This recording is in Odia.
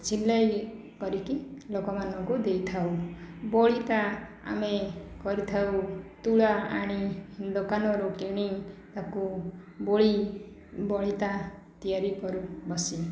ସିଲେଇ କରିକି ଲୋକ ମାନଙ୍କୁ ଦେଇଥାଉ ବଳିତା ଆମେ କରିଥାଉ ତୁଳା ଆଣି ଦୋକାନରୁ କିଣି ତାକୁ ବଳି ବଳିତା ତିଆରି କରୁ ବସି